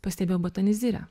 pastebėjau botanizirę